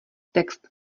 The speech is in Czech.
text